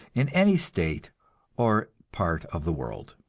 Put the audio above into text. in any state or part of the world.